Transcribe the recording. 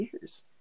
years